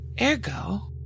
Ergo